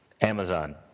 Amazon